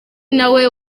nawe